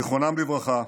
זיכרונם לברכה,